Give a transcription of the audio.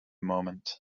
moment